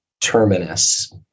terminus